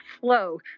flow